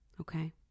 okay